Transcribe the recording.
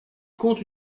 compte